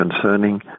concerning